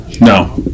No